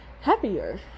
happier